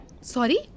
Sorry